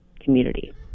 community